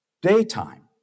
daytime